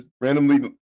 randomly